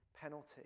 penalty